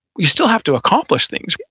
you still have to accomplish things.